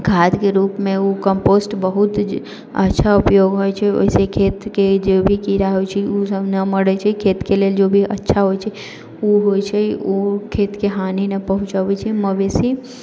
खादके रूपमे उ कंपोस्ट बहुत अच्छा उपयोग होइ छै ओयसँ खेतके जे भी कीड़ा होइ छै उसब नहि मरै छै खेतके लेल जो भी अच्छा होइ छै उ होइ छै उ खेतके हानि नहि पहुँचाबै छै मवेशी